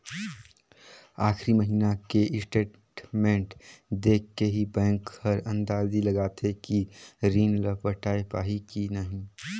आखरी महिना के स्टेटमेंट देख के ही बैंक हर अंदाजी लगाथे कि रीन ल पटाय पाही की नही